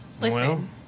Listen